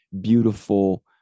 beautiful